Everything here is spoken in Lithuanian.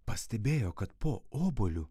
pastebėjo kad po obuoliu